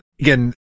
again